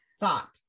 thought